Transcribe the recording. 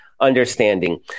understanding